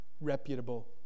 reputable